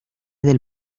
del